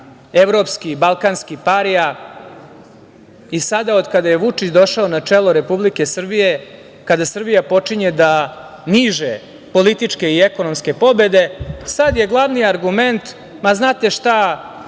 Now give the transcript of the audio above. evropski, balkanski parija i sada od kada je Vučić došao na čelo Republike Srbije, kada Srbija počinje da niže političke i ekonomske pobede. Sad je glavni argument - ma znate šta,